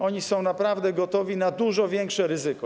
Oni są naprawdę gotowi na dużo większe ryzyko.